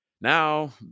now